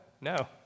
No